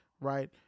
right